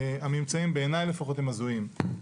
הממצאים, בעיניי לפחות, הם הזויים.